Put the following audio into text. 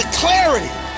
clarity